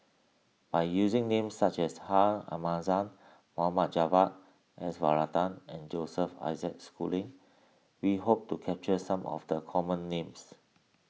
by using names such as Ha Namazie Mohd Javad S Varathan and Joseph Isaac Schooling we hope to capture some of the common names